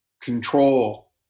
control